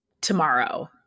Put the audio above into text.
tomorrow